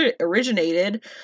originated